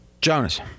Jonas